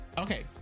Okay